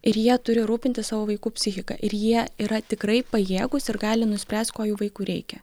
ir jie turi rūpintis savo vaikų psichika ir jie yra tikrai pajėgūs ir gali nuspręst ko jų vaikui reikia